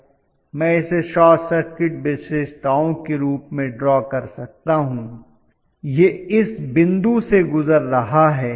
मैं इसे short circuit विशेषताओं के रूप में ड्रॉ कर सकता हूं यह इस बिंदु से गुजर रहा है